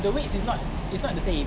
the weight is not is not the same